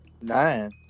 nine